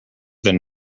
than